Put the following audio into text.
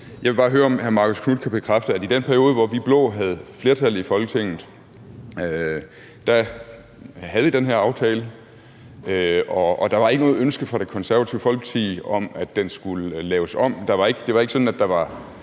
Jeg vil bare høre, om hr. Marcus Knuth kan bekræfte, at i den periode, hvor vi blå havde flertal i Folketinget, havde I den her aftale, og der var ikke noget ønske fra Det Konservative Folkeparti om, at den skulle laves om. Det var ikke sådan, at Liberal